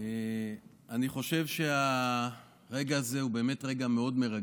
אני חושב שהרגע הזה הוא באמת מרגש מאוד.